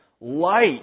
Light